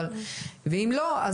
ואם לא,